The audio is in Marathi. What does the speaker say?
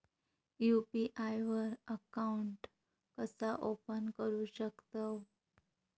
यू.पी.आय वर अकाउंट कसा ओपन करू शकतव?